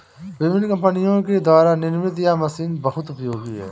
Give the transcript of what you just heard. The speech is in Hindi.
विभिन्न कम्पनियों के द्वारा निर्मित यह मशीन बहुत उपयोगी है